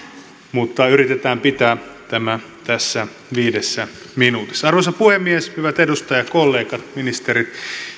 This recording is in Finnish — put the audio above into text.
mutta yritetään pitää tämä tässä viidessä minuutissa arvoisa puhemies hyvät edustajakollegat ministerit